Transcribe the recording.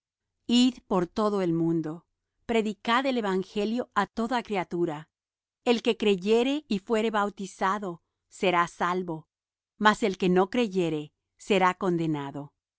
id por todo el mundo predicad el evangelio á toda criatura el que creyere y fuere bautizado será salvo mas el que no creyere será condenado